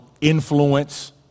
influence